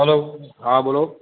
હાલો હા બોલો